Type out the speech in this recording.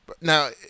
Now